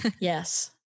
Yes